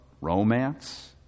romance